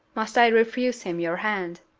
must i refuse him your hand?